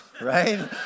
Right